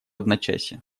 одночасье